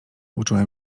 uczyłem